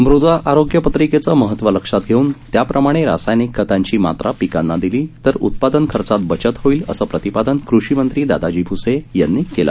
मृदा आरोग्य पत्रिकेचं महत्त्व लक्षात घेऊन त्याप्रमाणे रासायनिक खतांची मात्रा पिकांना दिली तर उत्पादन खर्चात बचत होईल असं प्रतिपादन कृषी मंत्री दादाजी भ्से यांनी केलं